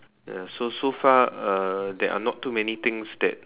so so far uh there are not too many things that